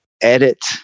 edit